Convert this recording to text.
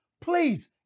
Please